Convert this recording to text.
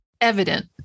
evident